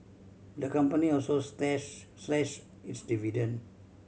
the company also slashed its dividend